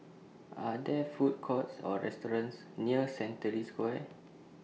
Are There Food Courts Or restaurants near Century Square